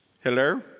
Hello